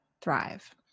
thrive